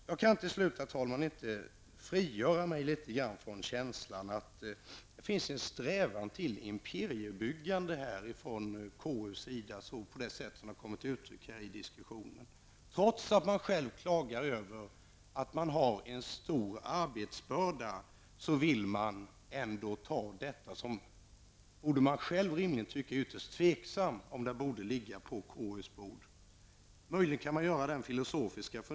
Till slut måste jag, herr talman, säga att jag inte kan bli fri från känslan att det från konstitutionsutskottets sida finns en strävan till imperiebyggande, en strävan som har kommit till uttryck i den här diskussionen. Trots att man själv klagar över att arbetsbördan är stor vill man ta hand om frågan. Rimligen borde man vara mycket tveksam till om det är lämpligt att den läggs på konstitutionsutskottets bord.